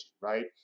right